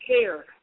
care